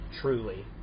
truly